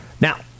Now